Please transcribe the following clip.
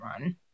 Run